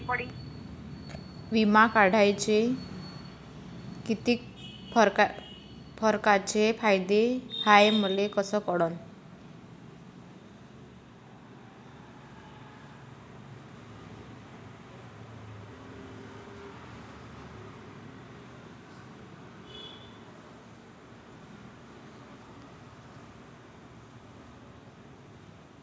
बिमा काढाचे कितीक परकारचे फायदे हाय मले कस कळन?